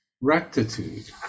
rectitude